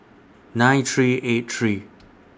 nine three eight three